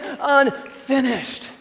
unfinished